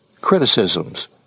criticisms